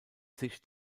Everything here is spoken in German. sicht